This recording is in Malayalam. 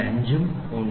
5 ഉം ഉണ്ട്